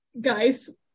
Guys